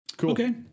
okay